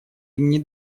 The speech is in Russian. имени